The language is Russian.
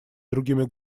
другими